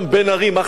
מה חדש?